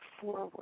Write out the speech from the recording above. forward